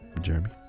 Jeremy